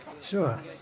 Sure